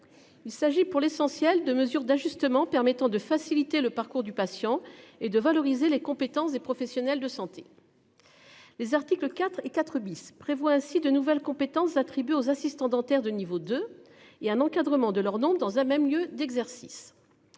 Il s'agit pour l'essentiel de mesures d'ajustement permettant de faciliter le parcours du patient et de valoriser les compétences des professionnels de santé. Les articles 4 et 4 bis prévoit ainsi de nouvelles compétences attribuées aux assistants dentaires de niveau 2 et un encadrement de leur nombre dans un même lieu d'exercice.